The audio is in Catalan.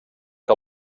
que